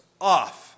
off